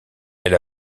elle